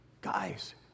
guys